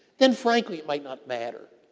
then frankly it might not matter.